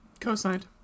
Co-signed